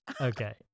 Okay